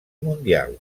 mundial